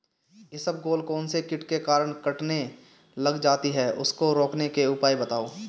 इसबगोल कौनसे कीट के कारण कटने लग जाती है उसको रोकने के उपाय बताओ?